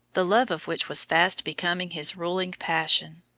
the love of which was fast becoming his ruling passion.